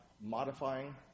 modifying